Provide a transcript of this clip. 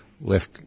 left